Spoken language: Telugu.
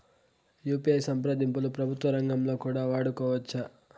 యు.పి.ఐ సంప్రదింపులు ప్రభుత్వ రంగంలో కూడా వాడుకోవచ్చా?